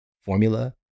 formula